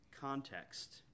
context